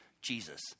Jesus